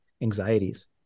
anxieties